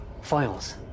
Files